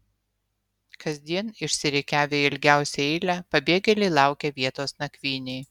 kasdien išsirikiavę į ilgiausią eilę pabėgėliai laukia vietos nakvynei